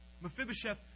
Mephibosheth